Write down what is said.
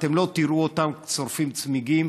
אתם לא תראו אותם שורפים צמיגים,